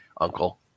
uncle